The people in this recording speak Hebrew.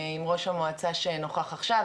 עם ראש המועצה שנוכח עכשיו,